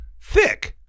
thick